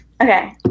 Okay